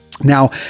Now